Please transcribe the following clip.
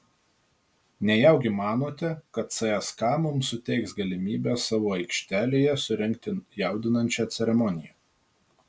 nejaugi manote kad cska mums suteiks galimybę savo aikštelėje surengti jaudinančią ceremoniją